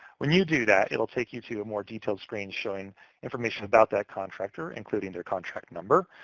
when you do that, it'll take you to a more detailed screen showing information about that contractor, including their contract number,